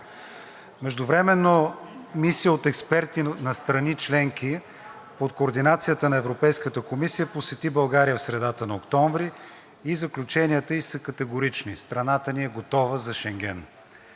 Междувременно мисия от експерти на страни членки под координацията на Европейската комисия посети България в средата на октомври и заключенията ѝ са категорични – страната ни е готова за Шенген.